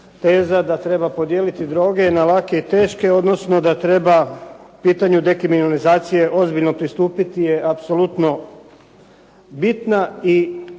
teza da treba podijeliti droge na lake i teške, odnosno da treba pitanju dekriminalizacije ozbiljno pristupiti je apsolutno bitna i